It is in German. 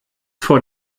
vor